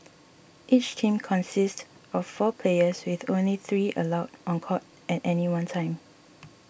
each team consists of four players with only three allowed on court at any one time